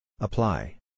Apply